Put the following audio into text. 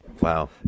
Wow